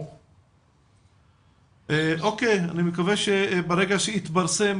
דברים חשובים אומר איתי, שצריך להתחשב